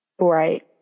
Right